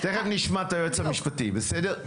תכף נשמע את היועץ המשפטי, בסדר?